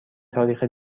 تاریخ